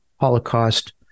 Holocaust